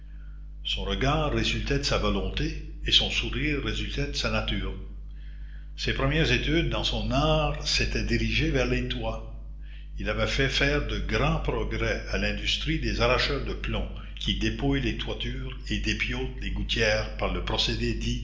son regard résultait de sa volonté et son sourire résultait de sa nature ses premières études dans son art s'étaient dirigées vers les toits il avait fait faire de grands progrès à l'industrie des arracheurs de plomb qui dépouillent les toitures et dépiautent les gouttières par le procédé